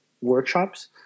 workshops